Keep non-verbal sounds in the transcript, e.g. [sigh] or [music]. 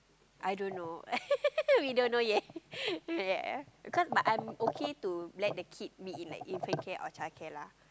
I don't know [laughs] we don't know yet [laughs] cause I'm okay to let the kid meet in like infant care or childcare lah